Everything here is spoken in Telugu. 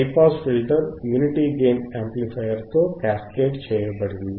high pass filter unity gain amplifier తో క్యాస్కేడ్ చేయబడింది